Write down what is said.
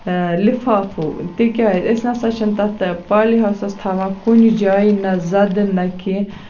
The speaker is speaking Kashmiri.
لِفافوٗ تِکیازِ أسۍ نہ ہسا چھِنہٕ تَتھ پالہِ ہاوسس تھاوان کُنہِ جایہِ نہ زَدٕ نہ کینٛہہ